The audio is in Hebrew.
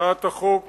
הצעת החוק